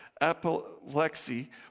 apoplexy